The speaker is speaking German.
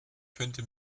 könnte